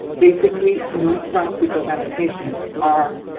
basically, nonprofit organizations are